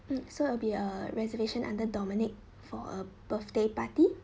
mm so it'll be a reservation under dominic for a birthday party